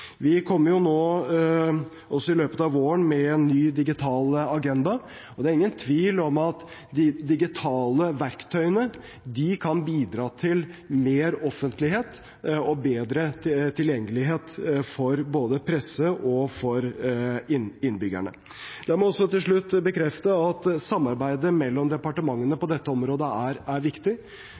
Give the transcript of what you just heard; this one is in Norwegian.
Vi kommer i løpet av våren med en ny digital agenda, og det er ingen tvil om at de digitale verktøyene kan bidra til mer offentlighet og bedre tilgjengelighet for både pressen og innbyggerne. La meg til slutt bekrefte at samarbeidet mellom departementene på dette området er viktig.